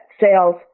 sales